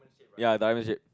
ya diamond shape